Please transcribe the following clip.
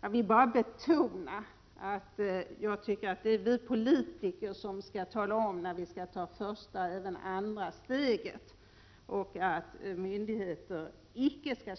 Jag vill betona att det är vi politiker som skall tala om när vi skall ta första och även andra steget, och myndigheter skall icke